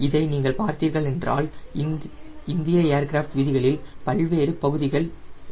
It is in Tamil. இதை நீங்கள் பார்த்தீர்கள் என்றால் இந்திய ஏர்கிராப்ட் விதிகளில் பல்வேறு பகுதிகள் உள்ளன